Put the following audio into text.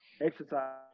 exercise